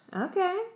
Okay